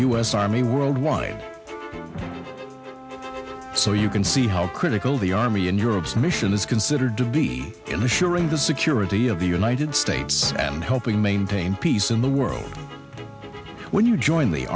s army worldwide so you can see how critical the army in europe's mission is considered to be in the sharing the security of the united states and helping maintain peace in the world when you join the